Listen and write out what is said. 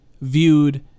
viewed